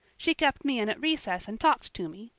she kept me in at recess and talked to me.